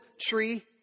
tree